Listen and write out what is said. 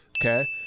Okay